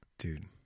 Dude